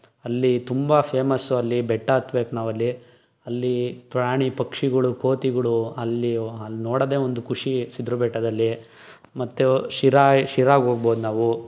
ಅಲ್ಲಿ ತುಂಬ ಫೇಮಸ್ಸು ಅಲ್ಲಿ ಬೆಟ್ಟ ಹತ್ಬೇಕು ನಾವು ಅಲ್ಲಿ ಅಲ್ಲಿ ಪ್ರಾಣಿ ಪಕ್ಷಿಗಳು ಕೋತಿಗಳು ಅಲ್ಲಿ ಅಲ್ಲಿ ನೋಡೋದೇ ಒಂದು ಖುಷಿ ಸಿದ್ದರ ಬೆಟ್ಟದಲ್ಲಿ ಮತ್ತು ಶಿರಾ ಶಿರಾಗೆ ಹೋಗ್ಬೋದ್ ನಾವು